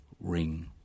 ring